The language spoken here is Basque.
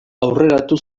aurreratu